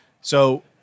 So-